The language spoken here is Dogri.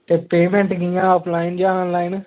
ते पेमेंट कियां ऑफलाईन जां ऑनलाईन